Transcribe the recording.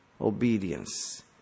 obedience